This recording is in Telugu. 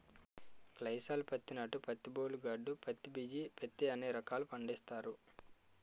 గ్లైసాల్ పత్తి నాటు పత్తి బోల్ గార్డు పత్తి బిజీ పత్తి అనే రకాలు పండిస్తారు